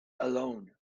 alone